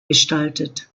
gestaltet